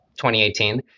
2018